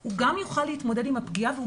הוא גם יוכל להתמודד עם הפגיעה והוא